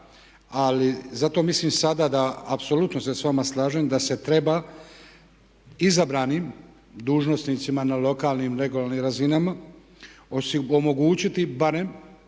Ali zato mislim sada da apsolutno se s vama slažem da se treba izabranim dužnosnicima na lokalnim i regionalnim razinama omogućiti barem